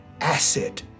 asset